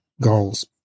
goals